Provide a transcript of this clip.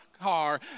car